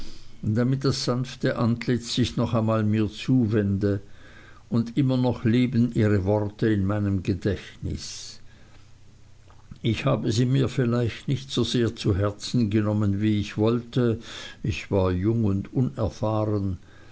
damit das sanfte antlitz sich noch einmal mir zuwende und immer noch leben ihre worte in meinem gedächtnis ich habe sie mir vielleicht nicht so sehr zu herzen genommen wie ich sollte ich war jung und unerfahren